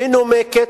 מנומקת,